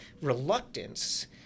reluctance